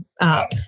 Up